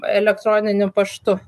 elektroniniu paštu